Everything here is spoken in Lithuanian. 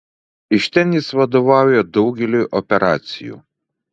iš ten jis vadovauja daugeliui operacijų